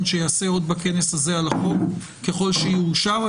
שייעשה עוד בכנס הזה על החוק ככל שהוא יאושר,